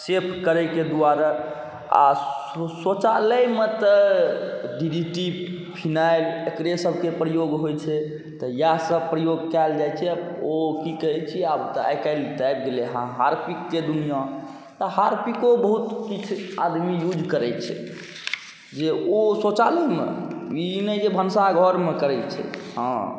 safe करैके दुआरे आओर शौचालयमे तऽ डी डी टी फिनाइल एकरे सबके प्रयोग होइ छै तऽ इएहसब प्रयोग कएल जाइ छै ओ कि कहै छी आब आइकाल्हि तऽ आबि गेलै हँ हारपिकके दुनिआ तऽ हारपिको बहुत किछु आदमी यूज करै छै जे ओ शौचालयमे ई नहि जे भनसाघरमे करै छै हँ